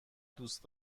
دوست